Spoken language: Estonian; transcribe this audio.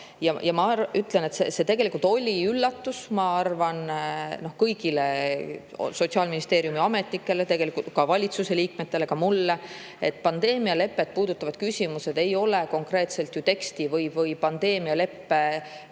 Ma ütlen, et see tegelikult oli üllatus, ma arvan, kõigile Sotsiaalministeeriumi ametnikele, ka valitsuse liikmetele, ka mulle, et pandeemialepet puudutavad küsimused ei ole konkreetselt ju selle teksti või pandeemialeppe